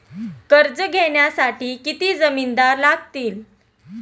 कर्ज घेण्यासाठी किती जामिनदार लागतील?